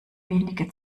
wenige